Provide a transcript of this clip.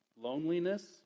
loneliness